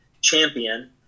champion